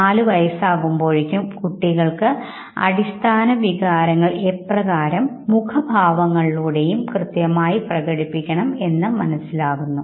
നാലു വയസ്സാകുമ്പോഴേക്കും കുട്ടികൾക്ക് അടിസ്ഥാന വികാരങ്ങൾ എപ്രകാരം മുഖഭാവങ്ങളിലൂടെയും കൃത്യമായി പ്രകടിപ്പിക്കണം എന്ന് മനസ്സിലാക്കുന്നു